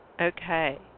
Okay